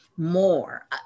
more